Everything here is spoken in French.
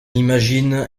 imagine